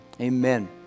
Amen